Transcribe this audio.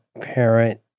parent